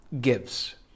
gives